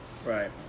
Right